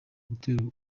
gutera